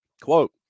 Quote